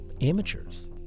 amateurs